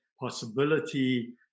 possibility